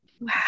Wow